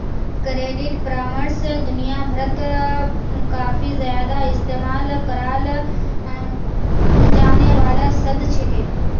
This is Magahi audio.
क्रेडिट परामर्श दुनिया भरत काफी ज्यादा इस्तेमाल कराल जाने वाला शब्द छिके